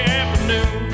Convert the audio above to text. afternoon